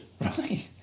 Right